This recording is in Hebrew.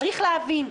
צריך להבין,